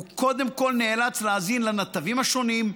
הוא קודם כול נאלץ להאזין לנתבים השונים,